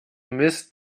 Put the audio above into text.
mist